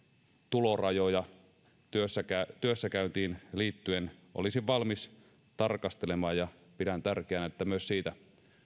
tulorajoja työssäkäyntiin työssäkäyntiin liittyen olisin valmis tarkastelemaan ja pidän tärkeänä että myös siitä